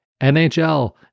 NHL